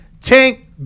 tank